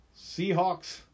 Seahawks